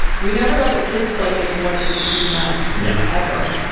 we never let the kids feel like they can wedge between us yeah ever.